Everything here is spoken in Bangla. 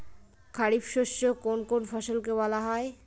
খারিফ শস্য কোন কোন ফসলকে বলা হয়?